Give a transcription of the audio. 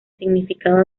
significaba